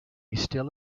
still